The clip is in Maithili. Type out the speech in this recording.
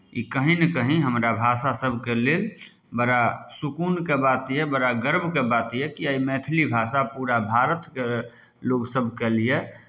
ई कहीँ ने कहीँ हमरा भाषा सभके लेल बड़ा सुकूनके बात यए बड़ा गर्वके बात यए कि आइ मैथिली भाषा पूरा भारतके लोक सभके लिए